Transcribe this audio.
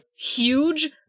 huge